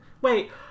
Wait